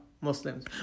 Muslims